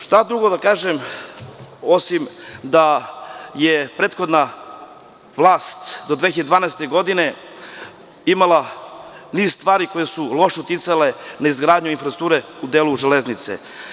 Šta drugo da kažem osim da je prethodna vlast do 2012. godine imala niz stvari koje su loše uticale na izgradnju infrastrukture u delu železnice.